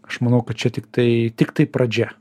aš manau kad čia tiktai tiktai pradžia